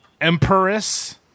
Empress